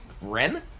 Ren